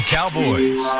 Cowboys